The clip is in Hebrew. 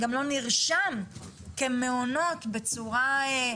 גם לא נרשם כמעונות בצורה,